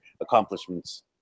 accomplishments